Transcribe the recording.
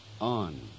on